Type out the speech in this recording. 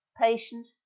patient